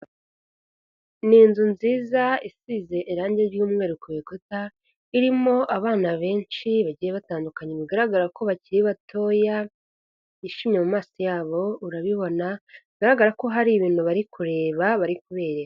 Ni inzu nziza isize irangi ry'umweru ku bikuta irimo, abana benshi bagiye batandukanye bigaragara ko bakiri batoya bishimye mu mumaso yabo. Urabibona bigaragara ko hari ibintu bari kureba barikubereka.